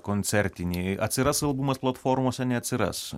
koncertinėj atsiras albumas platformose neatsiras